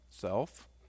self